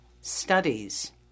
studies